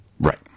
Right